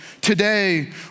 today